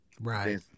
Right